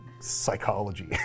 psychology